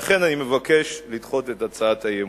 לכן, אני מבקש לדחות את הצעת האי-אמון.